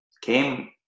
came